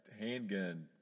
handgun